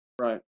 right